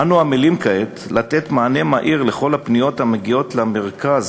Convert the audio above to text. אנו עמלים כעת לתת מענה מהיר על כל הפניות המגיעות למרכז